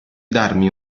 darmi